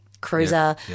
cruiser